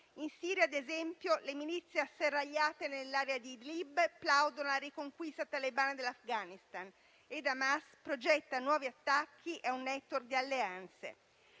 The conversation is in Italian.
In Siria, ad esempio, le milizie asserragliate nell'area di Idlib plaudono alla riconquista talebana dell'Afghanistan ed Hamas progetta nuovi attacchi e un *network* di alleanze.